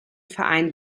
verein